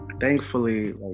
thankfully